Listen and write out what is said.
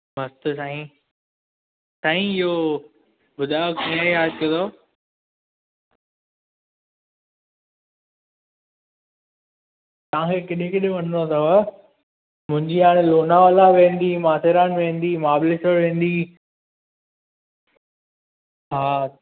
मस्तु साईं साईं इहो बुधायो कीअं यादि कयो अथव तव्हां खे केॾांहुं केॾांहुं वञिणो अथव मुंहिंजी आहे लोनावला वेंदी माथेरान वेंदी महाबलेश्वर वेंदी हा